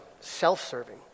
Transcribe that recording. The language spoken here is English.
self-serving